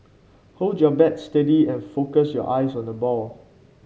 hold your bat steady and focus your eyes on the ball